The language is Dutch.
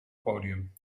podium